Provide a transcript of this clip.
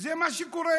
וזה מה שקורה: